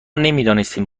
نمیدانستیم